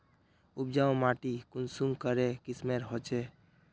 उपजाऊ माटी कुंसम करे किस्मेर होचए?